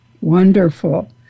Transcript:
Wonderful